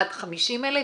עד 50 אלף,